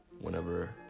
whenever